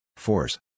Force